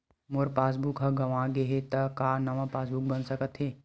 मोर passbook ह गंवा गे हे त का नवा पास बुक बन सकथे?